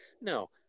No